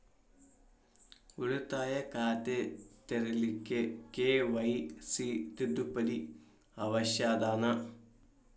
ಉಳಿತಾಯ ಖಾತೆ ತೆರಿಲಿಕ್ಕೆ ಕೆ.ವೈ.ಸಿ ತಿದ್ದುಪಡಿ ಅವಶ್ಯ ಅದನಾ?